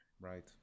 Right